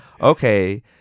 okay